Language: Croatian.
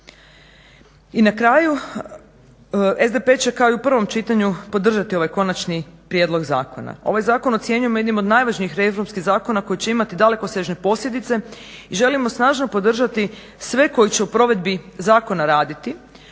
I na kraju SDP će kao i u prvom čitanju podržati ovaj konačni prijedlog zakona. Ovaj zakon ocjenjujemo jednim od najvažnijih reformskih zakona koji će imati dalekosežne posljedice i želimo snažno podržati sve koji će u provedbi zakona raditi,